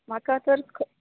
म्हाका तर ख